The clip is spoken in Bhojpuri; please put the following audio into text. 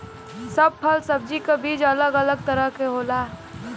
सब फल सब्जी क बीज अलग अलग तरह क होला